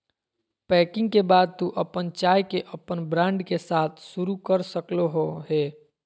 packing के बाद तू अपन चाय के अपन ब्रांड के साथ शुरू कर सक्ल्हो हें